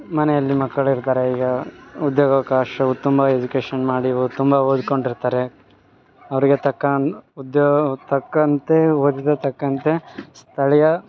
ಮನೆಯಲ್ಲಿ ಮಕ್ಕಳಿರ್ತಾರೆ ಈಗ ಉದ್ಯೋಗಾವಕಾಶ ಉತ್ತಮ ಎಜುಕೇಶನ್ ಮಾಡಿ ಒ ತುಂಬ ಓದ್ಕೊಂಡು ಇರ್ತಾರೆ ಅವರಿಗೆ ತಕ್ಕನೆ ಉದ್ಯೋಗ ತಕ್ಕಂತೆ ಓದಿದ ತಕ್ಕಂತೆ ಸ್ಥಳೀಯ